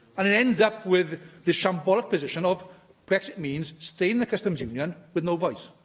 and it ends up with the shambolic position of brexit means staying in the customs union with no voice.